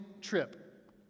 trip